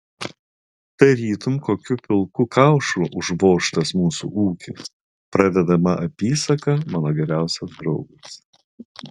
tarytum kokiu pilku kaušu užvožtas mūsų ūkis pradedama apysaka mano geriausias draugas